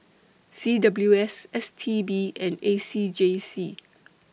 C W S S T B and A C J C